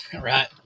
Right